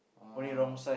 uh